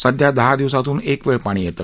सध्या दहा दिवसातून एक वेळ पाणी येते